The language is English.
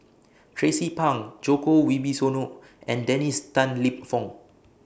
Tracie Pang Djoko Wibisono and Dennis Tan Lip Fong